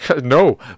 No